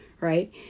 right